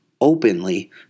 openly